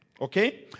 okay